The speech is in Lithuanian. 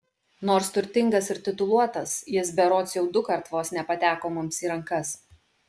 nors turtingas ir tituluotas jis berods jau dukart vos nepateko mums į rankas